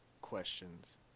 questions